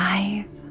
Five